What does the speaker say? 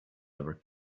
ever